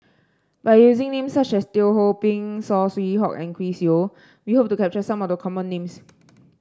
by using names such as Teo Ho Pin Saw Swee Hock and Chris Yeo we hope to capture some of the common names